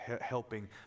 helping